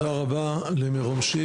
עורכת הדין נעם וילדר